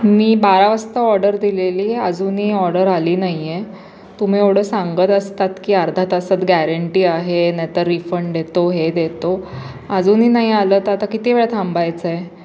मी बारा वाजता ऑर्डर दिलेली अजूनही ऑर्डर आली नाही आहे तुम्ही एवढं सांगत असतात की अर्धा तासात गॅरेंटी आहे नाहीतर रिफंड देतो हे देतो अजूनही नाही आलं तर आता किती वेळ थांबायचं आहे